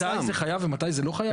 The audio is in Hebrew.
מתי זה חייב ומתי זה לא חייב?